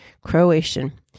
Croatian